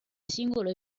singolo